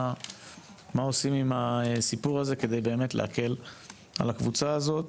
מה עושים עם הסיפור הזה כדי באמת להקל על הקבוצה הזאת.